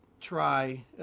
try